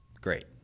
Great